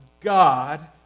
God